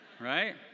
right